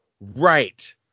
Right